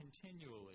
continually